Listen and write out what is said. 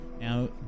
Now